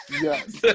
Yes